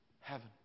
heaven